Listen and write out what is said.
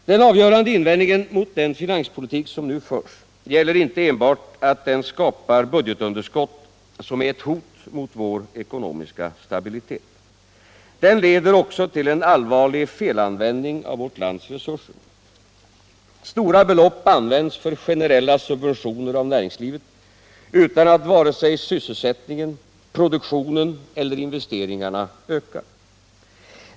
Den avgörande invändningen mot den finanspolitik som nu förs gäller inte enbart att den skapar budgetunderskott, som är ett hot mot vår ekonomiska stabilitet. Den Ieder också till en allvarlig felanvändning av vårt lands resurser. Stora belopp används för generella subventioner av näringslivet utan att vare sig sysselsättningen, produktionen eller investeringarna ökar.